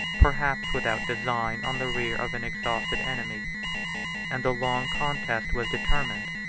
perhaps without design on the rear of an exhausted enemy and the long contest was determined.